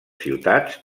ciutats